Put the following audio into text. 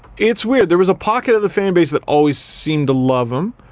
it's weird, there was a pocket at the fan base that always seemed to love him.